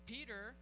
Peter